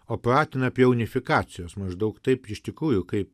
o pratina prie unifikacijos maždaug taip iš tikrųjų kaip